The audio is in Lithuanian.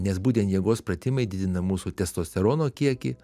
nes būtent jėgos pratimai didina mūsų testosterono kiekį